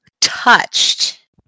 touched